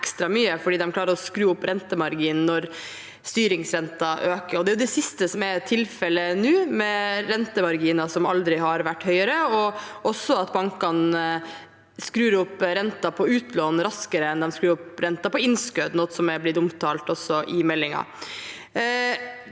fordi de klarer å skru opp rentemarginen når styringsrenten øker. Det er det siste som er tilfellet nå, med rentemarginer som aldri har vært høyere, og også at bankene skrur opp renten på utlån raskere enn de skrur opp renten på innskudd, noe som er blitt omtalt i meldingen.